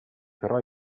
però